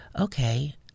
okay